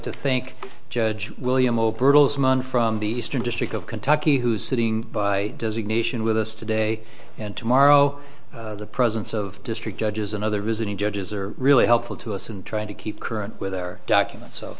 to think judge william o bertelsmann from the eastern district of kentucky who's sitting by does ignition with us today and tomorrow the presence of district judges and other visiting judges are really helpful to us in trying to keep current with their documents so